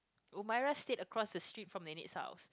Umairah stayed across the street from nenek house